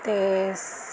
ਤੇ